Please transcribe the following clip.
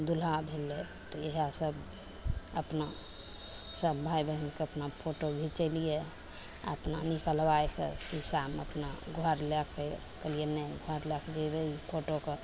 दुल्हा भेलै तऽ इएहसब अपना सभ भाइ बहिनके अपना फोटो घिचेलिए आओर अपना निकलबैके शीशामे अपना घर लैके कहलिए नहि घर लैके जएबै ई फोटोके